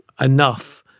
enough